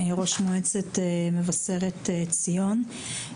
ראש מועצת מבשרת ציון.